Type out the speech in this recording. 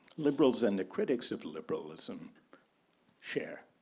liberals in the critics of liberalism share.